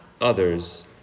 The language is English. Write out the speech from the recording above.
others